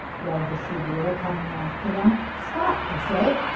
roared the shoe dealer, coming after them. stop, i say!